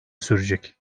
sürecek